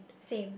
same